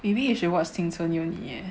maybe you should watch 青春有你 eh